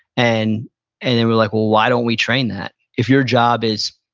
and and then we're like why don't we train that? if your job is,